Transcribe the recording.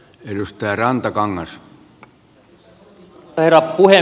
arvoisa herra puhemies